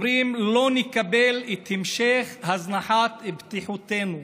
אומרים: לא נקבל את המשך הזנחת בטיחותנו,